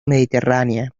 mediterránea